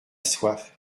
soif